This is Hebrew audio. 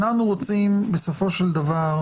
אנחנו רוצים בסופו של דבר,